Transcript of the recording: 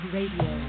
Radio